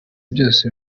byose